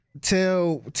tell